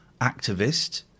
activist